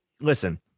Listen